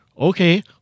Okay